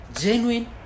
genuine